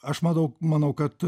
aš matau manau kad